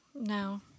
no